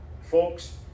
folks